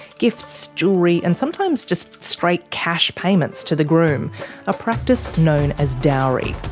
gifts, jewellery, and sometimes just straight cash payments to the groom a practice known as dowry.